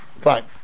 Fine